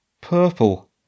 purple